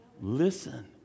Listen